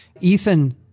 Ethan